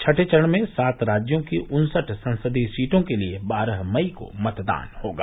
छठे चरण में सात राज्यों की उन्सठ संसदीय सीटों के लिए बारह मई को मतदान होगा